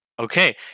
Okay